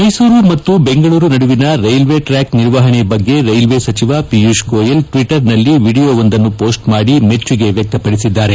ಮೈಸೂರು ಮತ್ತು ಬೆಂಗಳೂರು ನಡುವಿನ railway track ನಿರ್ವಹಣೆ ಬಗ್ಗೆ ರೈಲ್ವೆ ಸಚಿವ ಪಿಯೂಷ್ ಗೋಯಲ್ ಟ್ವಿಟರ್ನಲ್ಲಿ ವಿಡಿಯೋವೊಂದನ್ನು ಪೋಸ್ಟ್ ಮಾಡಿ ಮೆಚ್ಚುಗೆ ವ್ಯಕ್ತಪಡಿಸಿದ್ದಾರೆ